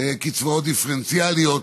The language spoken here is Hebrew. קצבאות דיפרנציאליות,